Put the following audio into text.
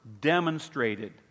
demonstrated